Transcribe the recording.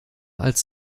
als